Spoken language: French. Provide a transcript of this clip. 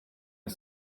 est